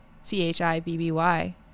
C-H-I-B-B-Y